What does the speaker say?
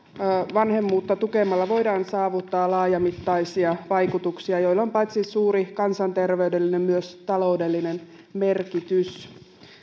vanhemmuutta tukemalla voidaan saavuttaa laajamittaisia vaikutuksia joilla on paitsi suuri kansanterveydellinen myös taloudellinen merkitys